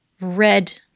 red